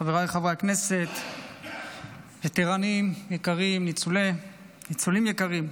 חבריי חברי הכנסת, וטרנים יקרים, ניצולים יקרים,